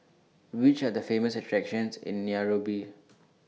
Which Are The Famous attractions in Nairobi